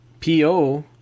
PO